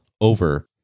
over